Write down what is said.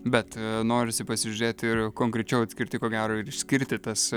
bet norisi pasižiūrėti ir konkrečiau atskirti ko gero ir išskirti tas